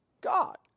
God